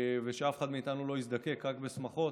ושאף אחד מאיתנו לא יזדקק, רק בשמחות: